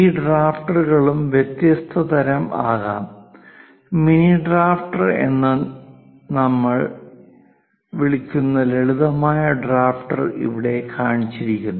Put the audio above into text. ഈ ഡ്രാഫ്റ്ററുകളും വ്യത്യസ്ത തരം ആകാം മിനി ഡ്രാഫ്റ്റർ എന്ന് ഞങ്ങൾ വിളിക്കുന്ന ലളിതമായ ഡ്രാഫ്റ്റർ ഇവിടെ കാണിച്ചിരിക്കുന്നു